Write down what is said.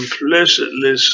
implicitly